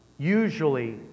usually